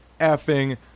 effing